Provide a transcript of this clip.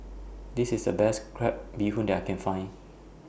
This IS The Best Crab Bee Hoon that I Can Find